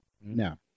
No